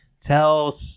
tell